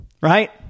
right